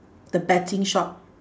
the betting shop